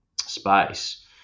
space